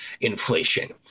inflation